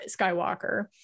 Skywalker